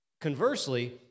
Conversely